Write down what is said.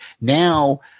Now